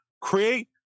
create